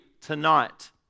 tonight